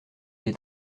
est